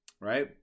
Right